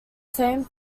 same